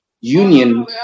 union